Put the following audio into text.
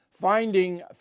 Finding